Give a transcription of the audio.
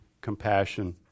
Compassion